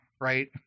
right